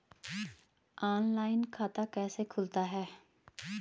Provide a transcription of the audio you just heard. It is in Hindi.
ऑनलाइन खाता कैसे खुलता है?